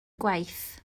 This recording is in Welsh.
gwaith